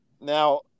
Now